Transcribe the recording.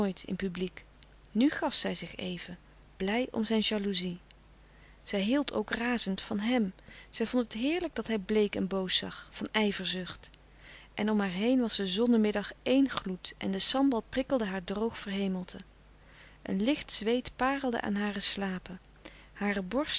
in publiek nu gaf zij zich even blij om zijn jalouzie zij hield ook razend van hem zij vond het heerlijk dat hij bleek en boos zag van ijverzucht en om haar heen was de zonnemiddag éen gloed en de sambal prikkelde haar droog verhemelte een licht zweet parelde aan hare slapen hare borst